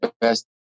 best